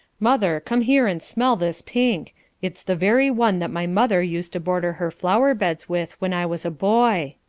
mother, come here and smell this pink it's the very one that my mother used to border her flowerbeds with when i was a boy.